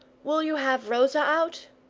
will you have rosa out?